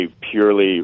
purely